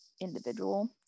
individual